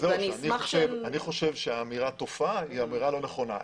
אני חושב שהאמירה תופעה היא אמירה לא נכונה.